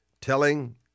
telling